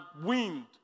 wind